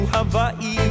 Hawai'i